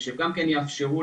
ושגם כן יאפשרו